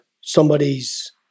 somebody's